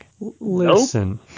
Listen